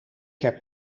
heb